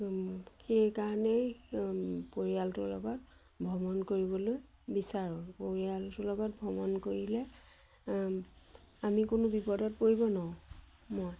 সেইকাৰণেই পৰিয়ালটোৰ লগত ভ্ৰমণ কৰিবলৈ বিচাৰোঁ পৰিয়ালটোৰ লগত ভ্ৰমণ কৰিলে আমি কোনো বিপদত পৰিব নোৱাৰো মই